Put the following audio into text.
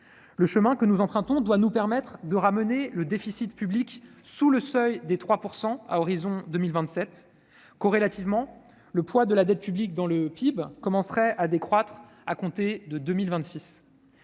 Le chemin que nous empruntons doit nous permettre de ramener le déficit public sous le seuil de 3 % à l'horizon 2027. Corrélativement, le poids de la dette publique dans le PIB commencerait à décroître à compter de 2026.